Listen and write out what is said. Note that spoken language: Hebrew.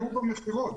נפגעו במכירות.